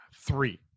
Three